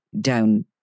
down